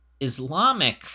Islamic